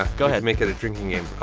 ah go ahead make it a drinking game.